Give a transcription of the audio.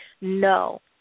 No